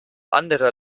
anderer